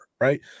right